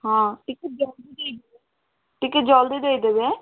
ହଁ ଟିକେ ଜଲଦି ଦେଇଦିଅ ଟିକେ ଜଲଦି ଦେଇଦେବେ ଏଁ